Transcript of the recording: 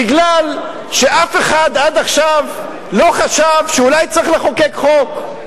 מפני שאף אחד עד עכשיו לא חשב שאולי צריך לחוקק חוק,